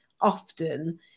often